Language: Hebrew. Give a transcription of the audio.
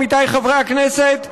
עמיתיי חברי הכנסת,